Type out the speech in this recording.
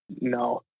No